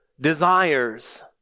desires